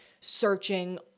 searching